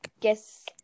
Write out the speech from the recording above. guess